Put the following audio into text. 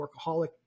workaholic